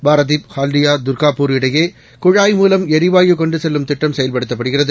பாரதீப் ஹால்டியா துர்காபூர்இடையேகுழாய்மூலம்எரிவாயுகொண்டுசெல்லும் திட்டம்செயல்படுத்தப்படுகிறது